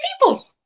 people